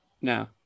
No